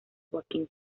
joaquín